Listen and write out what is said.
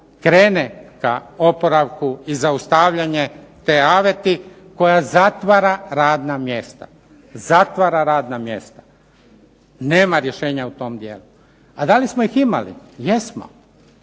krene ka oporavku i zaustavljanje te aveti koja zatvara radna mjesta, zatvara radna mjesta. Nema rješenja o tom dijelu. A da li smo ih imali? Jesmo.